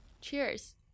cheers